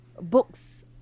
books